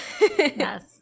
Yes